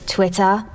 Twitter